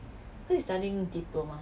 so he is studying diploma